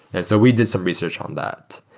and so we did some research on that.